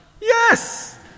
yes